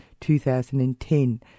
2010